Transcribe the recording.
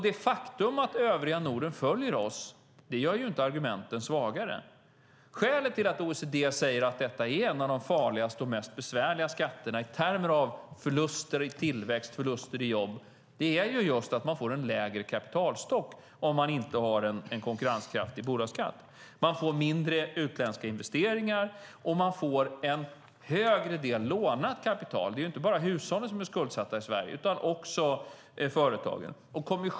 Det faktum att övriga Norden följer oss gör inte argumenten svagare. Skälet till att OECD säger att detta är en av de farligaste och mest besvärliga skatterna i termer av förluster i tillväxt och förluster i jobb är just att man får en lägre kapitalstock om man inte har en konkurrenskraftig bolagsskatt. Man får mindre utländska investeringar, och man får en högre del lånat kapital, för det är inte bara hushållen som är skuldsatta i Sverige utan också företagen.